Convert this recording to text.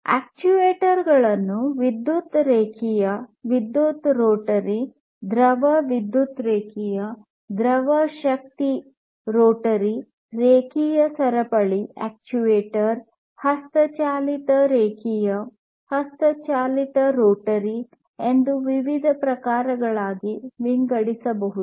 actuator ಗಳನ್ನು ವಿದ್ಯುತ್ ರೇಖೀಯ ವಿದ್ಯುತ್ ರೋಟರಿ ದ್ರವ ವಿದ್ಯುತ್ ರೇಖೀಯ ದ್ರವ ಶಕ್ತಿ ರೋಟರಿ ರೇಖೀಯ ಸರಪಳಿ ಅಕ್ಚುಯೇಟರ್ ಹಸ್ತಚಾಲಿತ ರೇಖೀಯ ಹಸ್ತಚಾಲಿತ ರೋಟರಿ ಎಂದು ವಿವಿಧ ಪ್ರಕಾರಗಳಾಗಿ ವಿಂಗಡಿಸಬಹುದು